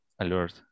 alert